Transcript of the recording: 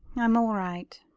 i'm all right.